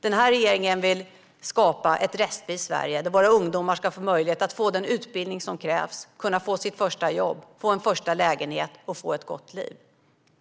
Den här regeringen vill skapa ett rättvist Sverige där våra ungdomar ska få möjlighet att få den utbildning som krävs, sitt första jobb, en första lägenhet och ett gott liv.